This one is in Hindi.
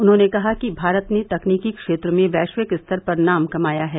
उन्होंने कहा कि भारत ने तकनीकी क्षेत्र में वैरिवक स्तर पर नाम कमाया है